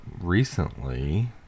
recently